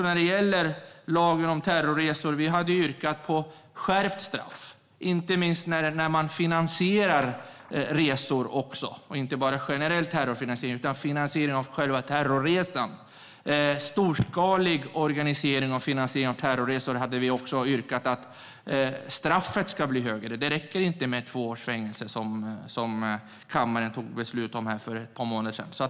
När det gäller lagen om terrorresor har Liberalerna yrkat på skärpt straff, inte minst när man finansierar resor, alltså inte bara generell terrorfinansiering utan finansiering av själva terrorresan. Storskalig organisering och finansiering av terrorresor har vi också yrkat att straffet ska bli högre för. Det räcker inte med två års fängelse, som kammaren fattade beslut om här för ett par månader sedan.